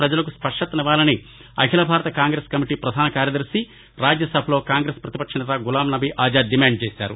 పజలకు స్పష్టతనివ్వాలని అఖిలభారత కాంగ్రెస్ కమిటీ పధాన కార్యదర్శి రాజ్యసభలో కాంగ్రెస్ పక్షనేత గులాం నబీ ఆజాద్ డిమాండ్ చేశారు